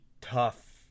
tough